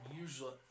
usually